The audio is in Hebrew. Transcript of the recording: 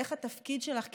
איך התפקיד שלך כאימא,